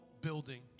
building